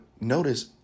notice